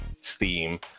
Steam